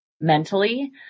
mentally